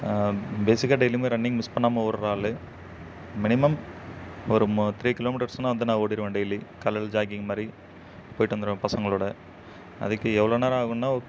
பேசிக்காக டெய்லியுமே running miss பண்ணாமல் ஓடுற ஆள் மினிமம் ஒரு த்ரீ கிலோமீட்டர்ஸ்னா வந்து நான் ஓடிருவேன் டெய்லி காலையில் ஜாகிங் மாதிரி போயிவிட்டு வந்துருவேன் பசங்களோட அதுக்கு எவ்வளோ நேரம் ஆகுன்னா